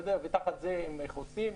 ותחת זה הם חוסים.